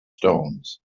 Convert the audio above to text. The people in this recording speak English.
stones